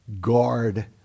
guard